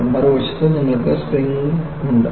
മറുവശത്ത് നിങ്ങൾക്ക് സ്പ്രിംഗ്സ് ഉണ്ട്